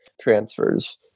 transfers